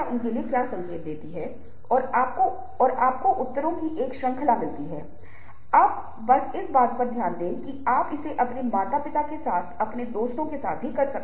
हम कहें कि आपके पास एक ऐसी स्थिति है जहाँ आप अच्छा महसूस नहीं कर रहे हैं आप एक दोस्त से मिलने गए हैं और आप खाना खा रहे हैं और आपका खाने का मन नहीं है लेकिन आप उस व्यक्ति को यह कहना नहीं चाहते